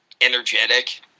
energetic